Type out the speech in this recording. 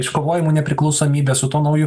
iškovojomu nepriklausomybės su tuo nauju